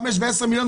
חמישה ועשרה מיליון,